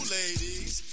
ladies